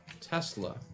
Tesla